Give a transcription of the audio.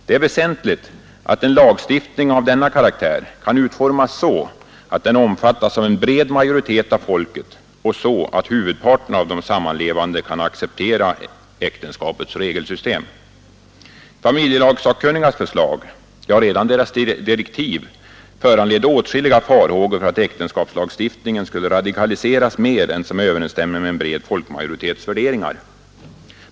Det är väsentligt att en lagstiftning av denna karaktär kan utformas så att den omfattas av en bred majoritet av folket och så att huvudparten av de sammanlevande kan acceptera äktenskapets regelsystem. Familjelagssakkunnigas förslag — ja, redan deras direktiv — föranledde åtskilliga farhågor för att äktenskapslagstiftningen skulle radikaliseras mer än som överensstämmer med en bred folkmajoritets värderingar.